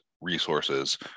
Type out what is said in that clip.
resources